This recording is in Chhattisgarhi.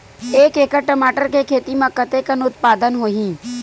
एक एकड़ टमाटर के खेती म कतेकन उत्पादन होही?